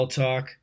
talk